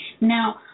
Now